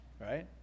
Right